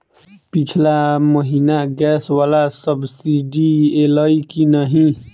पिछला महीना गैस वला सब्सिडी ऐलई की नहि?